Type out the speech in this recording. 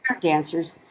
dancers